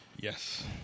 Yes